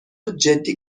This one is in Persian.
جدی